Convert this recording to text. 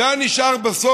זה היה נשאר בסוף,